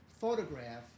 photograph